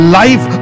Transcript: life